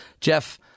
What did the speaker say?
Jeff